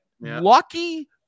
lucky